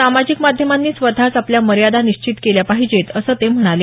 सामाजिक माध्यमांनी स्वतच आपल्या मर्यादा निश्चित केल्या पाहिजे असं ते म्हणाले